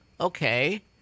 okay